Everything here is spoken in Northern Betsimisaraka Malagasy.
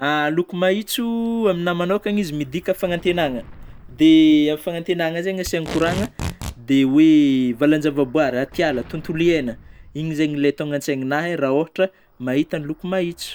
Loko maitso aminahy manôkagna izy midika fanantenagna dia amin'ny fanantenagna zay no asiana kôragna, dia hoe valan-javaboahary atiala, tontolo iaina igny zegny ilay tonga an-tsaigninahy raha ôhatry mahita ny loko maitso.